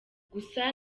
gusa